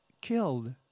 killed